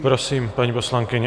Prosím, paní poslankyně.